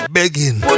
begging